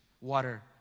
water